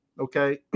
Okay